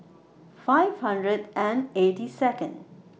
five hundred and eighty Second